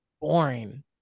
boring